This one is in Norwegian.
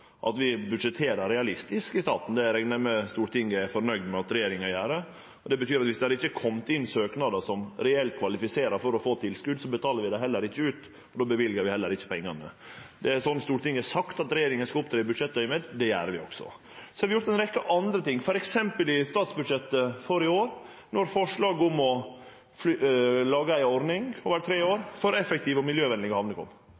at vi budsjetterer realistisk i staten. Det reknar eg med Stortinget er fornøgd med at regjeringa gjer. Det betyr at viss det ikkje er komne inn søknadar som reelt kvalifiserer til å få tilskot, betaler vi det heller ikkje ut, og då løyver vi heller ikkje pengane. Det er slik Stortinget har sagt at regjeringa skal opptre i budsjettaugneméd, og det gjer vi også. Så har vi gjort ei rekkje andre ting, f.eks. i statsbudsjettet for i år, med forslaget om å lage ei ordning over tre år for effektive og miljøvenlege hamner. Det handlar grunnleggjande sett om